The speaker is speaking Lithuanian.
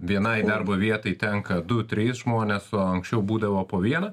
vienai darbo vietai tenka du trys žmonės o anksčiau būdavo po vieną